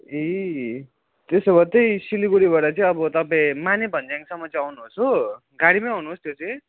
ए त्यसो भए त्यही सिलगढीबाट चाहिँ अब तपाईँ माने भन्ज्याङसम्म चाहिँ आउनुहोस् हो गाडीमै आउनुहोस् त्यो चाहिँ